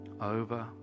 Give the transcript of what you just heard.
over